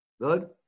Good